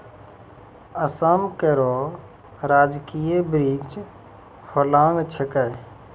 असम केरो राजकीय वृक्ष होलांग छिकै